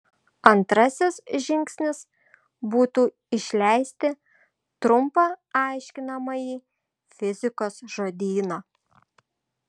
antrasis žingsnis būtų išleisti trumpą aiškinamąjį fizikos žodyną